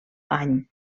any